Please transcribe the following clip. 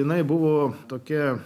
jinai buvo tokia